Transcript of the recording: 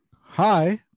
hi